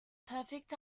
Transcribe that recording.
perfect